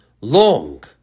long